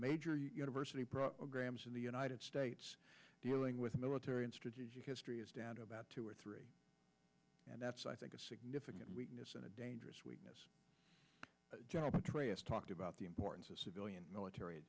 major university programs in the united states dealing with military and strategic history is down to about two or three and that's i think a significant weakness and a dangerous weakness general petraeus talked about the importance of civilian military